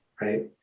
Right